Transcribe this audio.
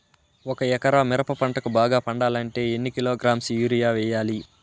ఒక ఎకరా మిరప పంటకు బాగా పండాలంటే ఎన్ని కిలోగ్రామ్స్ యూరియ వెయ్యాలి?